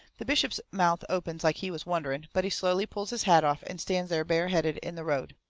the bishop's mouth opens like he was wondering, but he slowly pulls his hat off and stands there bare-headed in the road.